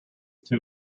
too